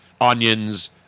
Onions